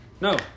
no